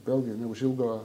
vėlgi neužilgo